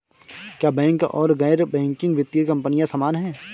क्या बैंक और गैर बैंकिंग वित्तीय कंपनियां समान हैं?